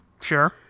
Sure